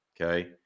Okay